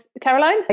caroline